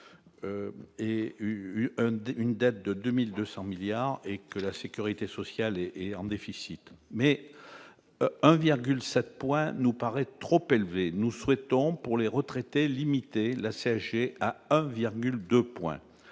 d'une dette de 2200 milliards et que la sécurité sociale est en déficit mais 1,7 points nous paraît trop élevé, nous souhaitons pour les retraités, limiter la CSG à 1